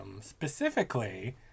specifically